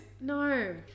no